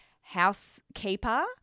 housekeeper